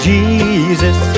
Jesus